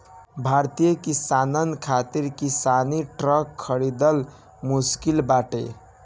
भारतीय किसानन खातिर किसानी ट्रक खरिदल मुश्किल बाटे